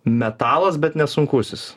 metalas bet ne sunkusis